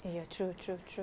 eh ya true true true